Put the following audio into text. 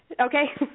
Okay